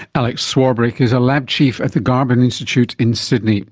alex swarbrick is a lab chief at the garvan institute in sydney